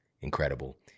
Incredible